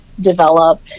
develop